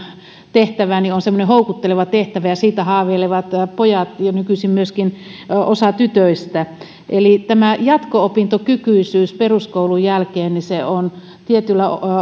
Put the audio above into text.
tehtävä on semmoinen houkutteleva tehtävä ja siitä haaveilevat pojat ja nykyisin myöskin osa tytöistä jatko opintokykyisyys peruskoulun jälkeen on tietyllä